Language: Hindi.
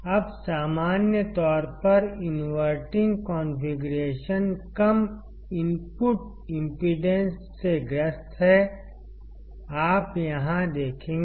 अब सामान्य तौर पर इनवर्टिंग कॉन्फ़िगरेशन कम इनपुट इम्पीडेन्स से ग्रस्त है आप यहाँ देखेंगे